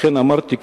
לכן אמרתי,